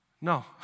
No